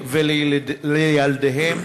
ולילדיהם.